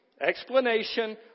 Explanation